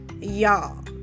Y'all